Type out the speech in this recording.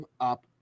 up